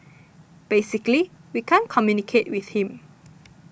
basically we can't communicate with him